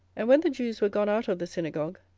and when the jews were gone out of the synagogue,